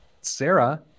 Sarah